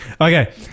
Okay